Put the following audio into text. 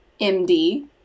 MD